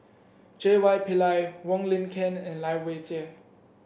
J Y Pillay Wong Lin Ken and Lai Weijie